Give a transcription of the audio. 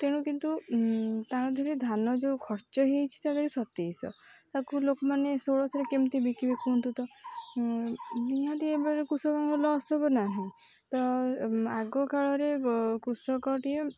ତେଣୁ କିନ୍ତୁ ଧାନ ଯେଉଁ ଖର୍ଚ୍ଚ ହେଇଛି ତା' ଦେହରେ ସତେଇଶହ ତାକୁ ଲୋକମାନେ ଷୋହଳ ଶହ କେମିତି ବିକିବେ କୁହନ୍ତୁ ତ ନିହାତି ଏଭଳି କୃଷକଙ୍କ ଲସ୍ ହେବ ନାହିଁ ତ ଆଗକାଳରେ କୃଷକଟିଏ